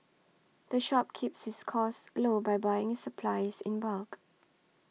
the shop keeps its costs low by buying its supplies in bulk